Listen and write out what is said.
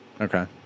Okay